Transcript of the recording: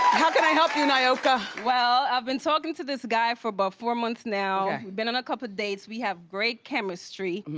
how can i help you, naoka? well, i've been talking to this guy for about four months now we've been on a couple dates, we have great chemistry,